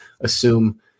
assume